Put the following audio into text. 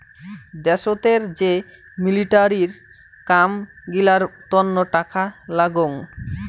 দ্যাশোতের যে মিলিটারির কাম গিলার তন্ন টাকা লাগাং